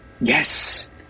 Yes